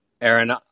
Aaron